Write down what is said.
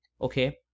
okay